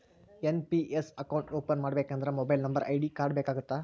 NPS account open ಮಾಡಬೇಕಂದ್ರ mobile number ID card ಬೇಕಾಗತ್ತಾ?